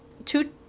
Two